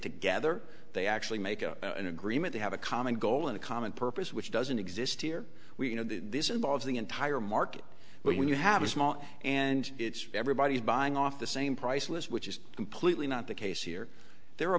together they actually make an agreement they have a common goal and common purpose which doesn't exist here we know that this involves the entire market but when you have a small and it's everybody is buying off the same price list which is completely not the case here there are